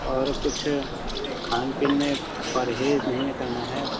और कुछ खान पीन में परहेज नहीं न करना है